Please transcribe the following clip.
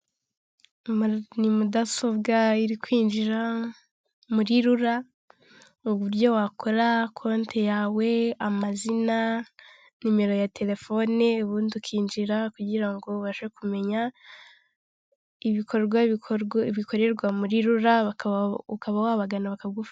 Ni mudasobwa iri kwinjira muri rura mu buryo wakora konti yawe amazina nimero ya telefone ubundi ukinjira kugira ngo ubashe kumenya ibikorwa bikorerwa muri rura, ukaba wabagana bakagufasha.